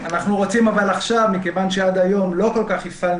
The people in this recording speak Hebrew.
אבל אנחנו רוצים עכשיו מכיוון שעד היום לא הפעלנו